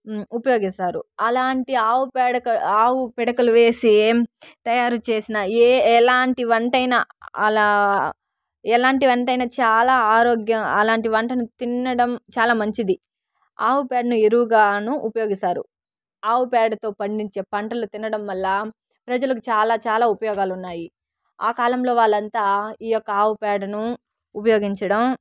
ఉపయోగిస్తారు అలాంటి ఆవు పేడ ఆవు పిడకలు వేసి తయారు చేసిన ఏ ఎలాంటి వంటైనా అలా ఎలాంటి వంట అయినా చాలా ఆరోగ్యం అలాంటి వంటలు తినడం చాలా మంచిది ఆవు పేడను ఎరువుగాను ఉపయోగిస్తారు ఆవు పేడతో పండించే పంటను తినడం వల్ల ప్రజలకు చాలా చాలా ఉపయోగాలు ఉన్నాయి ఆ కాలంలో వాళ్ళంతా ఈ యొక్క ఆవు పేడను ఉపయోగించడం